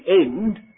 end